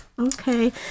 okay